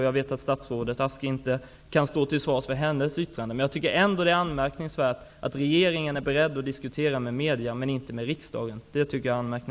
Jag vet att statsrådet Ask inte kan stå till svars för hennes yttrande. Det är ändå anmärkningsvärt att regeringen är beredd att diskutera med medierna, men inte med riksdagen.